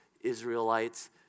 Israelites